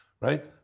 Right